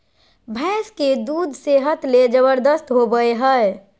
भैंस के दूध सेहत ले जबरदस्त होबय हइ